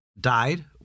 died